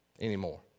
anymore